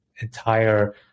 entire